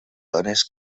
dones